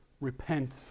Repent